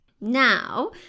Now